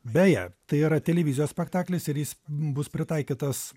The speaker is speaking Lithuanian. beje tai yra televizijos spektaklis ir jis bus pritaikytas